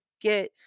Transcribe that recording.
get